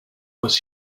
was